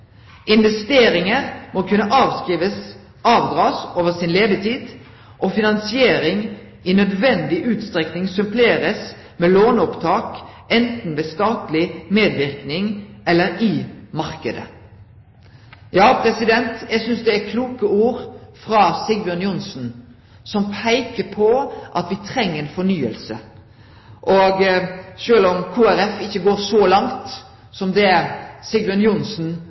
Investeringer må kunne avskrives/avdras over sin levetid, og finansiering i nødvendig utstrekning suppleres med låneopptak enten ved statlig medvirkning eller i markedet.» Eg synest dette er kloke ord frå Sigbjørn Johnsen, som peiker på at me treng ei fornying, og sjølv om Kristeleg Folkeparti ikkje går så langt som Sigbjørn Johnsen